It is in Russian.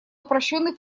упрощенный